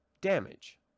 Damage